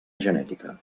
genètica